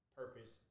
purpose